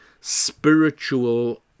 spiritual